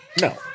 No